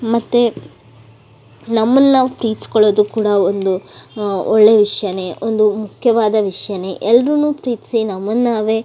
ಮತ್ತು ನಮ್ಮನ್ನು ನಾವು ಪ್ರೀತಿಸ್ಕೊಳ್ಳೋದು ಕೂಡ ಒಂದು ಒಳ್ಳೆಯ ವಿಷ್ಯವೇ ಒಂದು ಮುಖ್ಯವಾದ ವಿಷ್ಯವೇ ಎಲ್ರನ್ನೂ ಪ್ರೀತಿಸಿ ನಮ್ಮನ್ನು ನಾವೇ